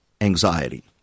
anxiety